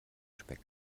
speck